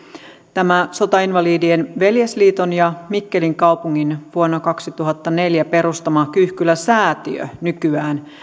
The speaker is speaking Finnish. tämä sotainvalidien veljesliiton ja mikkelin kaupungin vuonna kaksituhattaneljä perustama kyyhkylä säätiö nykyään